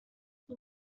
ich